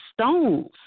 stones